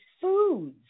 foods